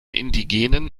indigenen